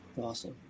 Awesome